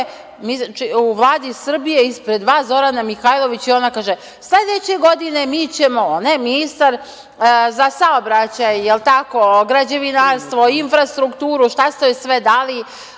u Vladi Srbije, ispred vas Zorana Mihajlović i ona kaže – sledeće godine mi ćemo… Ona je ministar za saobraćaj, građevinarstvo, infrastrukturu, šta ste joj sve dali,